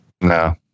No